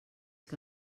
que